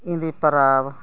ᱮᱸᱫᱮ ᱯᱚᱨᱚᱵᱽ